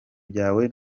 byawe